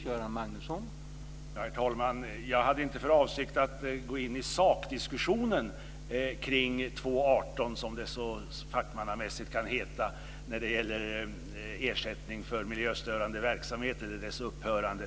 Herr talman! Jag hade inte för avsikt att gå in i sakdiskussionen kring 2:18, som det så fackmannamässigt kan heta, alltså ersättning för miljöstörande verksamhet eller dess upphörande.